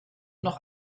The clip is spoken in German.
noch